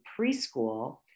preschool